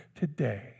today